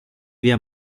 via